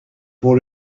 pour